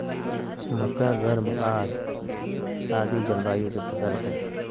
मक्का गर्म आर आर्द जलवायु के फसल हइ